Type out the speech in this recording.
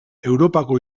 europako